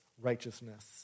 righteousness